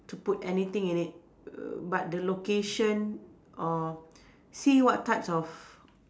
to put anything in it err but the location or see what types of